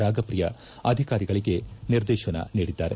ರಾಗಪ್ರಿಯಾ ಅಧಿಕಾರಿಗಳಿಗೆ ನಿರ್ದೇತನ ನೀಡಿದ್ದಾರೆ